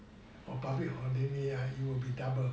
or public holiday ah it will be doubled